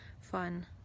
fun